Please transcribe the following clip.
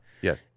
Yes